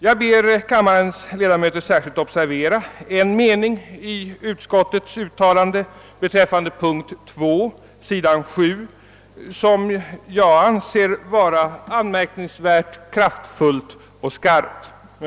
Jag ber kammarens ledamöter att särskilt observera en mening i utskottets uttalande under punkten 2, s. 7, som jag anser vara anmärkningsvärt kraftfull och skarp.